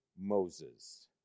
Moses